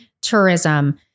tourism